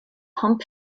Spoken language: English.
hump